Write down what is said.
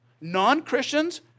non-Christians